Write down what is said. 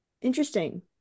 interesting